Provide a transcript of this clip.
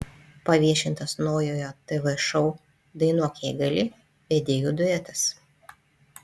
paviešintas naujojo tv šou dainuok jei gali vedėjų duetas